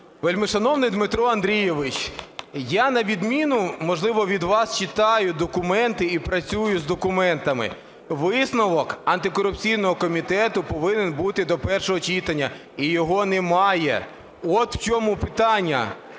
Вельмишановний Дмитро Андрійович, я, на відміну, можливо, від вас, читаю документи і працюю з документами. Висновок антикорупційного комітету повинен бути до першого читання, і його немає. От в чому питання.